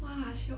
!wah! shiok